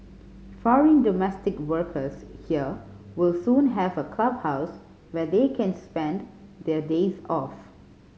foreign domestic workers here will soon have a clubhouse where they can spend their days off